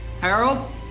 Harold